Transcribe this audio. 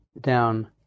down